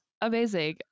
Amazing